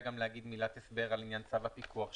גם לומר מילת הסבר על עניין צו הפיקוח.